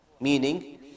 Meaning